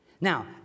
Now